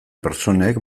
pertsonek